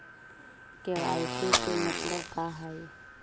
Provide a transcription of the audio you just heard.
KYC के मतलब का हई?